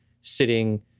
sitting